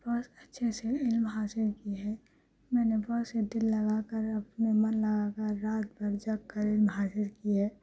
بہت اچھے سے علم حاصل کی ہے میں نے بہت ہی دل لگا کر اپنے من لگا کر رات بھر جگ کرعلم حاصل کی ہے